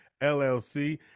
LLC